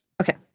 Okay